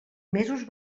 mesos